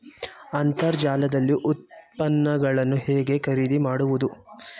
ಅಂತರ್ಜಾಲದಲ್ಲಿ ಉತ್ಪನ್ನಗಳನ್ನು ಹೇಗೆ ಖರೀದಿ ಮಾಡುವುದು?